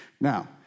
Now